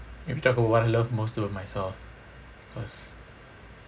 maybe talk about what I love most about myself because